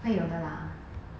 会有的啦